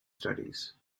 studies